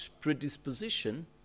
predisposition